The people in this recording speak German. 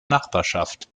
nachbarschaft